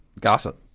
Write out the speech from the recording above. gossip